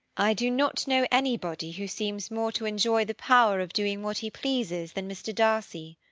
i do not know anybody who seems more to enjoy the power of doing what he pleases than mr. darcy.